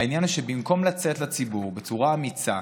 העניין הוא שבמקום לצאת לציבור בצורה אמיצה,